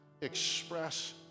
express